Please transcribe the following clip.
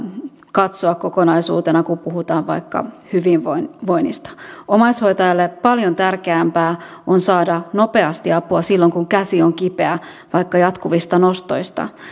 katsoa kokonaisuutena kun puhutaan vaikka hyvinvoinnista omaishoitajalle paljon tärkeämpää on saada nopeasti apua silloin kun käsi on kipeä vaikka jatkuvista nostoista